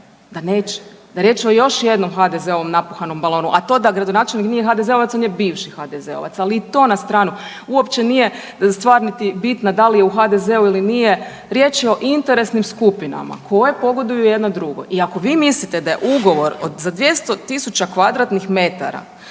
da neće. Da je riječ o još jednom HDZ-ovom napuhanom balonu, a to da gradonačelnik nije HDZ-ovac, on je bivši HDZ-ovac, ali i to na stranu. Uopće nije stvar niti bitna, da li je u HDZ-u ili nije, riječ je o interesnim skupinama koje pogoduju jedna drugoj i ako vi mislite da je ugovor o za 200 tisuća kvadratnih metara